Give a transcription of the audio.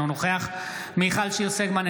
אינו נוכח מיכל שיר סגמן,